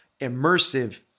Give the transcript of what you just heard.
immersive